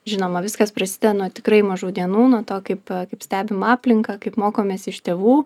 žinoma viskas prasidėjo nuo tikrai mažų dienų nuo to kaip kaip stebim aplinką kaip mokomės iš tėvų